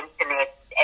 internet